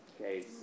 Okay